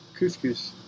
couscous